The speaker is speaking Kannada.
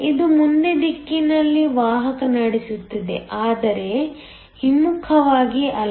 ಇದು ಮುಂದೆ ದಿಕ್ಕಿನಲ್ಲಿ ವಾಹಕ ನಡೆಸುತ್ತದೆ ಆದರೆ ಹಿಮ್ಮುಖವಾಗಿ ಅಲ್ಲ